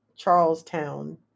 Charlestown